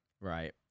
Right